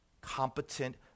competent